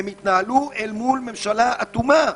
הן התנהלו אל מול ממשלה אטומה,